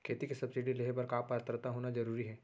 खेती के सब्सिडी लेहे बर का पात्रता होना जरूरी हे?